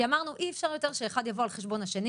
כי אמרנו שאי אפשר יותר שאחד יבוא על חשבון השני